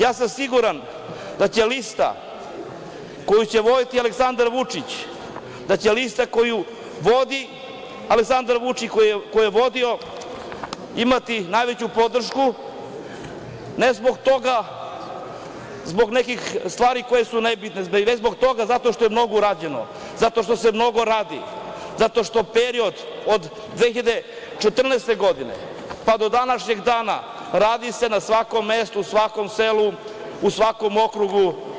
Ja sam siguran da će lista koju će voditi Aleksandar Vučić, da će lista koju vodi Aleksandar Vučić i koju je vodio imati najveću podršku, ne zbog nekih stvari koje su nebitne, već zato što je mnogo urađeno, zato što se mnogo radi, zato što se u periodu od 2014. godine pa do današnjeg dana radi na svakom mestu, u svakom selu, u svakom okrugu.